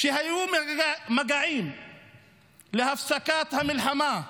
כשהיו מגעים להפסקת המלחמה,